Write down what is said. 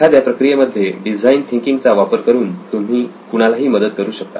एखाद्या प्रक्रियेमध्ये design thinking चा वापर करून तुम्ही कुणालाही मदत करू शकता